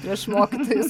prieš mokytojus